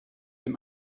dem